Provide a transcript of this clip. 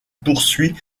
poursuit